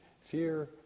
fear